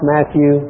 Matthew